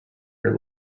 your